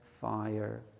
fire